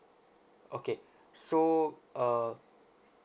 okay so uh